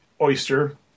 oyster